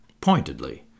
Pointedly